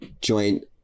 joint